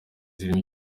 zirimo